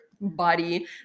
body